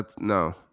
No